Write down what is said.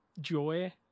joy